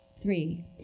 Three